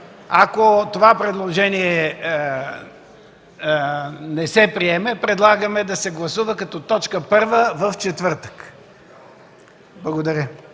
Ако това предложение не се приеме, предлагаме да се гласува като точка първа в четвъртък.